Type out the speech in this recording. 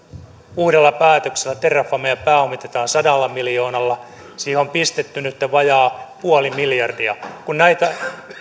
uudella päätöksellä terrafamea pääomitetaan sadalla miljoonalla siihen on pistetty nytten vajaa puoli miljardia kun näitä